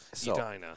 Edina